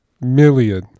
Million